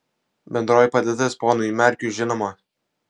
bendroji padėtis ponui merkiui žinoma